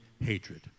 hatred